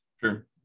sure